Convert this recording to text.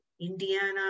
Indiana